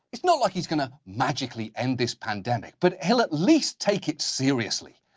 it's not like he's gonna magically end this pandemic, but he'll at least take it seriously.